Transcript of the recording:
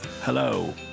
Hello